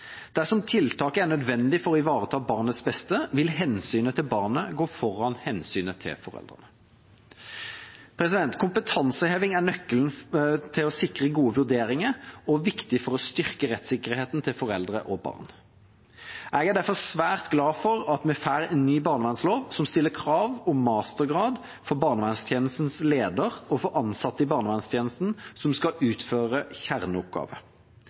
Dersom tiltaket er nødvendig for å ivareta barnets beste, vil hensynet til barnet gå foran hensynet til foreldrene. Kompetanseheving er nøkkelen til å sikre gode vurderinger og viktig for å styrke rettssikkerheten til foreldre og barn. Jeg er derfor svært glad for at vi får en ny barnevernslov som stiller krav om mastergrad for barnevernstjenestens leder og for ansatte i barnevernstjenesten som skal utføre kjerneoppgaver.